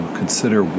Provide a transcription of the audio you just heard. consider